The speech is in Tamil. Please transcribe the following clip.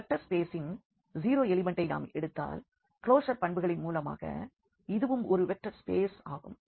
வெக்டர் ஸ்பேசின் 0 எலிமெண்ட்டை நாம் எடுத்தால் கிலோஷர் பண்புகளின் மூலமாக இதுவும் ஒரு வெக்டர் ஸ்பேஸ் ஆகும்